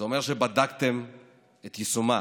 זה אומר שבדקתם את יישומה,